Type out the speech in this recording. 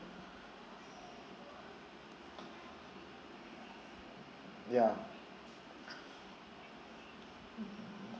ya